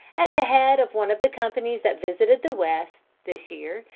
at the head of one of the companies that visited the west, this year,